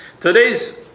Today's